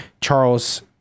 Charles –